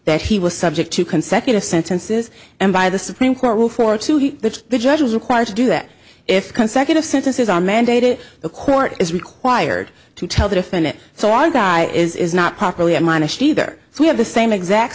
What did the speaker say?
that he was subject to consecutive sentences and by the supreme court rule four to which the judge is required to do that if consecutive sentences are mandated a court is required to tell the defendant so our guy is not properly i'm honest either so we have the same exact